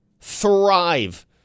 thrive